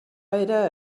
era